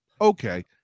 Okay